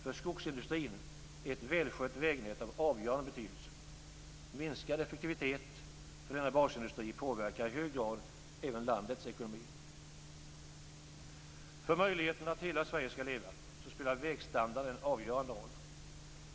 För skogsindustrin är ett välskött vägnät av avgörande betydelse. Minskad effektivitet för denna basindustri påverkar i hög grad även landets ekonomi. För möjligheterna att hela Sverige skall leva spelar vägstandarden en avgörande roll.